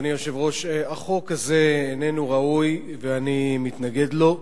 החוק הזה איננו ראוי ואני מתנגד לו.